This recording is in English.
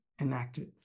enacted